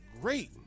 great